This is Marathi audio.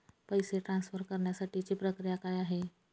पैसे ट्रान्सफर करण्यासाठीची प्रक्रिया काय आहे?